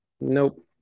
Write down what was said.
Nope